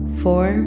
four